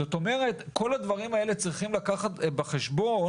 זאת אומרת, כל הדברים האלה צריכים לקחת בחשבון.